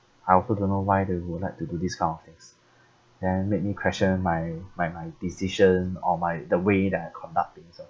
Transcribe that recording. I also don't know why they were like to do this kind of things then made me question my my my decision or my the way that I conduct things ah